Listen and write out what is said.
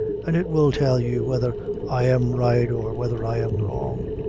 and it will tell you whether i am right or whether i am wrong.